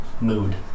mood